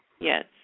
Yes